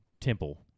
temple